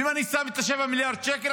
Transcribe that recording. ואם אני שם את ה-7 מיליארד שקל,